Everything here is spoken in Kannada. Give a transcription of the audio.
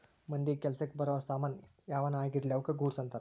ಮಂದಿಗ ಕೆಲಸಕ್ ಬರೋ ಸಾಮನ್ ಯಾವನ ಆಗಿರ್ಲಿ ಅವುಕ ಗೂಡ್ಸ್ ಅಂತಾರ